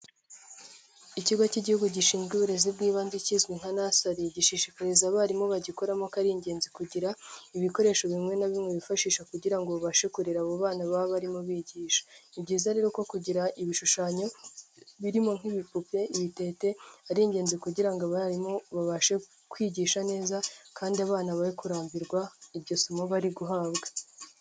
Ikigo cy'igihugu gishinzwe uburezi bw'ibanze kizwi nka nasali, gishishikariza abarimu bagikoramo ko ar'ingenzi kugira ibikoresho bimwe na bimwe bifashisha kugira ngo babashe kurera abo bana baba barimo bigisha. Ni byiza rero ko kugira ibishushanyo birimo nk'ibipupe, ibitente ar'ingenzi kugira abarimu babashe kwigisha neza kandi abana be kurambirwa iryo somo bari guhabwa.